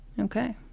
Okay